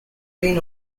been